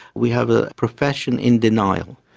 we have a profession in denial.